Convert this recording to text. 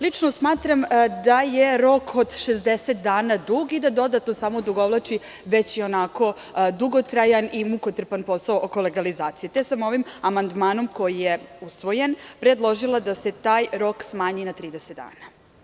Lično smatram da je rok od 60 dana dug i da dodatno odugovlači već i onako dugotrojan i mukotrpan posao oko legalizacije, te sam ovim amandmanom, koji je usvojen, predložila da se taj rok smanji na 30 dana.